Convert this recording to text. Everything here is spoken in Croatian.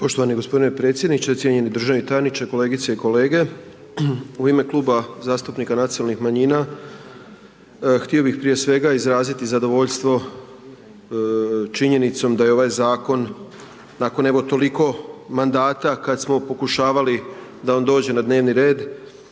Poštovani gospodine predsjedniče, cijenjeni državni tajniče, kolegice i kolege. U ime Kluba zastupnika nacionalnih manjina, htio bih prije svega izraziti zadovoljstvo činjenicom da je ovaj zakon nakon evo toliko mandata kada smo pokušavali da on dođe na dnevni red,